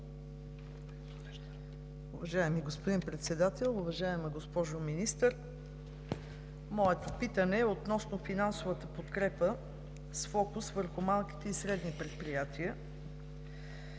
Уважаеми господин Председател, уважаема госпожо Министър! Моето питане е относно финансовата подкрепа с фокус върху малките и средните предприятия.